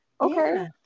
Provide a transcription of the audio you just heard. Okay